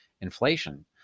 inflation